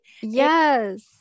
Yes